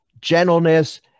gentleness